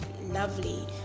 lovely